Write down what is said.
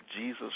Jesus